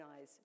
eyes